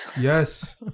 Yes